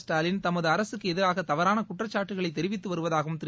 ஸ்டாலின் தமது அரசுக்கு எதிராக தவறான குற்றச்சாட்டுக்களை தெரிவித்து வருவதாகவும் திரு